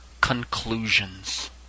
Conclusions